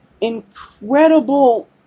incredible